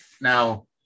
Now